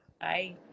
bye